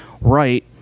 right